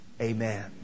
Amen